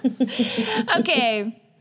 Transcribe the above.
Okay